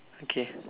okay